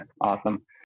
Awesome